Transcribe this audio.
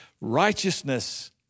righteousness